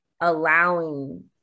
allowing